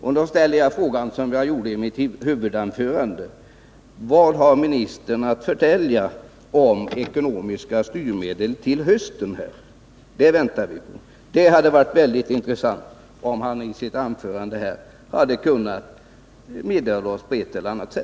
Jag vill därför, som jag gjorde i mitt huvudanförande, ställa frågan: Vad har jordbruksministern att förtälja om ekonomiska styrmedel till hösten? På den punkten väntar vi på ett besked. Det hade varit mycket intressant om han i sitt anförande på ett eller annat sätt hade kunnat meddela oss det.